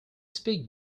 speak